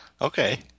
Okay